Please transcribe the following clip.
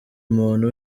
muntu